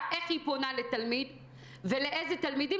איך היא פונה לתלמיד ולאיזה תלמידים,